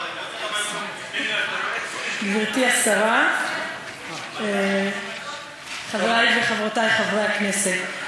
גברתי השרה, חברי וחברותי חברי הכנסת,